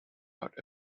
out